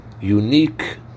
unique